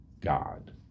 god